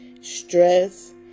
stress